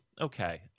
okay